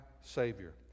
savior